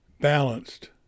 balanced